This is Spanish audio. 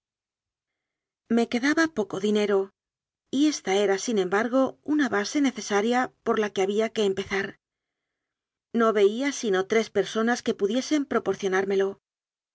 me quedaba poco dinero y esta era sin embar go una base necesaria por la que había que em pezar no veía sino tres personas que pudiesen proporcionármelo